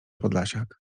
podlasiak